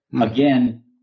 again